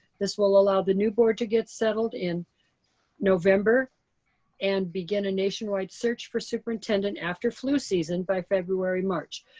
this will allow the new board to get settled in november and begin a nationwide search for superintendent after flu season by february, march.